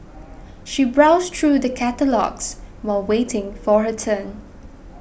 she browsed through the catalogues while waiting for her turn